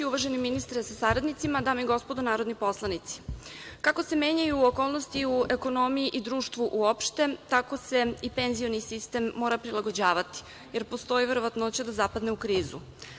Uvaženi ministre sa saradnicima, dame i gospodo narodni poslanici, kako se menjaju okolnosti u ekonomiji i društvu uopšte, tako se i penzioni sistem mora prilagođavati, jer postoji verovatnoća da zapadne u krizu.